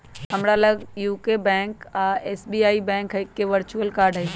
हमरा लग UCO bank आऽ एस.बी.आई बैंक के वर्चुअल कार्ड हइ